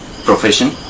profession